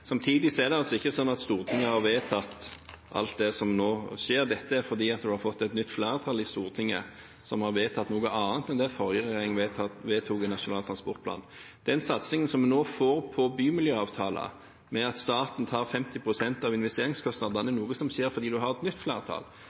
Samtidig er det altså ikke slik at Stortinget har vedtatt alt det som nå skjer. Dette er fordi vi har fått et nytt flertall i Stortinget, som har vedtatt noe annet enn det som lå i Nasjonal transportplan fra den forrige regjeringen. Den satsingen som vi nå får på bymiljøavtaler med at staten tar 50 pst. av investeringskostnadene, er noe som skjer fordi en har et nytt flertall.